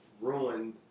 ruined